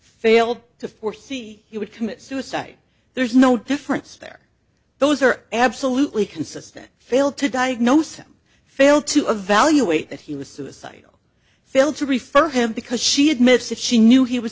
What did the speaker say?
failed to foresee he would commit suicide there's no difference there those are absolutely consistent fail to diagnose him fail to evaluate that he was suicidal failed to refer him because she admits that she knew he was